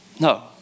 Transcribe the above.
No